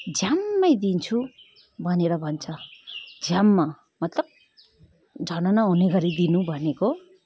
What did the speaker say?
झ्याम्मै दिन्छु भनेर भन्छ झ्याम्म मतलब झनन हुनेगरी दिनु भनेको